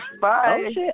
Bye